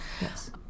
Yes